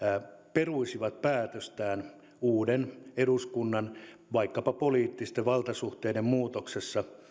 peruisivat päätöstään uuden eduskunnan myötä vaikkapa poliittisten valtasuhteiden muutoksessa